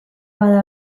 bada